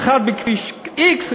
אחת בכביש x,